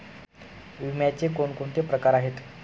विम्याचे कोणकोणते प्रकार आहेत?